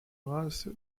race